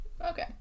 Okay